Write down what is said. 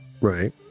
right